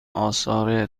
آثار